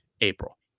April